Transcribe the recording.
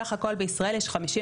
סך הכול במדינת ישראל יש 59